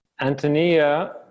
Antonia